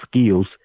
skills